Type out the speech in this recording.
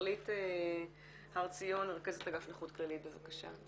מרגלית הר ציון, רכזת אגף נכות כללית בבקשה.